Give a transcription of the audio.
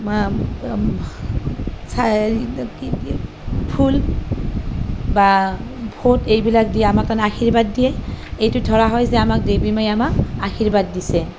ফুল বা ফুট এইবিলাক দি আমাক তাৰ মানে আশীৰ্বাদ দিয়ে এইটোত ধৰা হয় যে আমাক দেৱী মাই আমাক আশীৰ্বাদ দিছে